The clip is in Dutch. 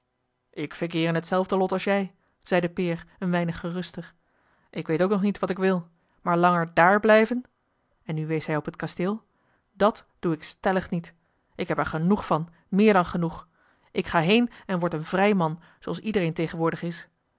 ik verkeer in hetzelfde lot als jij zeide peer een weinig geruster ik weet ook nog niet wat ik wil maar langer dààr blijven en nu wees hij op het kasteel dat doe ik stellig niet ik heb er genoeg van meer dan genoeg ik ga heen en word een vrij man zooals iedereen tegenwoordig is